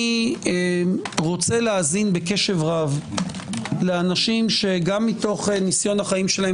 אני רוצה להאזין בקשב רב לאנשים שגם מתוך ניסיון החיים שלהם